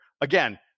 again